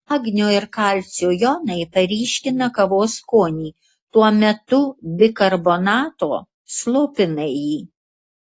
magnio ir kalcio jonai paryškina kavos skonį tuo metu bikarbonato slopina jį